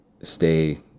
stay